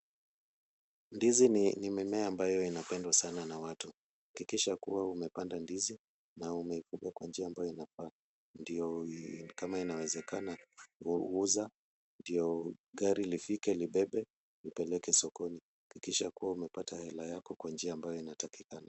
Ndizi ni mimea ambayo inapendwa sana na watu. Hakikisha kuwa umepanda ndizi na umeikuza kwa njia ambayo inafaa, ndio kama inawezekana uza, ndio gari lifike libebe lipeleke sokoni. Hakikisha kuwa umepata hela yako kwa njia ambayo inatakikana.